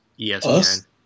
ESPN